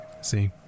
See